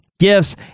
Gifts